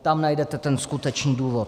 Tam najdete ten skutečný důvod.